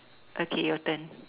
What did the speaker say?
okay your turn